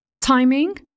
timing